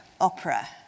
opera